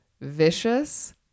vicious